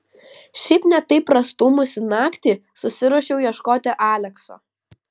šiaip ne taip prastūmusi naktį susiruošiau ieškoti alekso